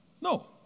No